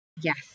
Yes